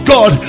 God